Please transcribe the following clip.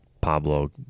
Pablo